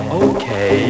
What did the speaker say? okay